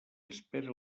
espere